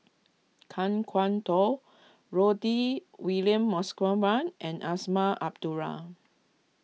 Kan Kwok Toh Rudy William Mosbergen and Azman Abdullah